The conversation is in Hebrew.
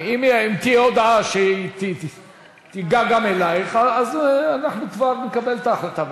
אם תהיה הודעה שתיגע גם בך אנחנו כבר נקבל את ההחלטה.